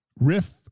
Riff